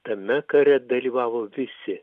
tame kare dalyvavo visi